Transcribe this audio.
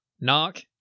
knock